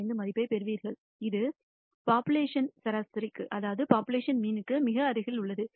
25 மதிப்பைப் பெறுவீர்கள் இது போப்புலேஷன் சராசரிக்கு மிக அருகில் உள்ளது